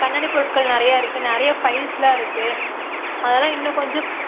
கண்ணாடி பொருட்கள் நிறைய இருக்குது நிறைய ஃபைல்ஸ்லாம் இருக்குது அதலாம் இன்னும் கொஞ்சம்